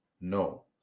No